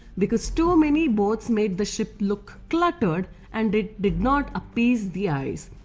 because too many boats made the ship look cluttered and it did not appease the eyes.